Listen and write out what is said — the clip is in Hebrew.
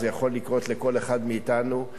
זה יכול לקרות לכל אחד מאתנו,